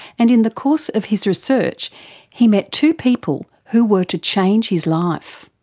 and in the course of his research he met two people who were to change his life.